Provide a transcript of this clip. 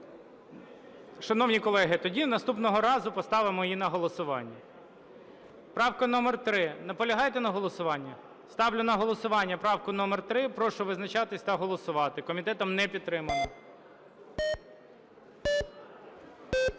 Шановні колеги, тоді наступного разу поставимо її на голосування. Правка номер 3, наполягаєте на голосуванні? Ставлю на голосування правку номер 3, прошу визначатись та голосувати. Комітетом не підтримана.